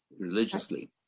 religiously